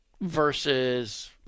versus